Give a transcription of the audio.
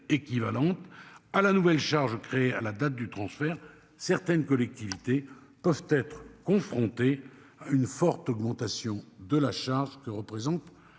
à la nouvelle charge créées à la date du transfert certaines collectivités. Être confrontée à une forte augmentation de la charge que représente. Un transfert